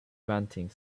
grating